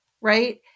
Right